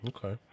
Okay